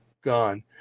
gone